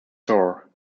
shore